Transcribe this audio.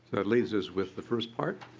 that leaves us with the first part.